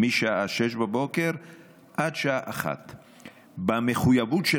משעה 06:00 עד שעה 13:00. במחויבות של